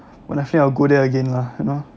when I free I'll go there again lah you know